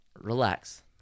Relax